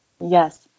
Yes